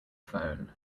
phone